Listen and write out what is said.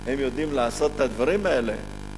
הם יודעים לעשות את הדברים האלה,